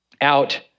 out